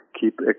keep